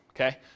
okay